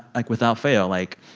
like, without fail, like,